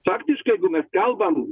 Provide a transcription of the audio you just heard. faktiškai jeigu mes kalbam